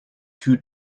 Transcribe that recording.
two